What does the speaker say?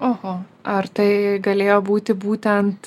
oho ar tai galėjo būti būtent